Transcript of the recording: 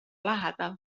lähedal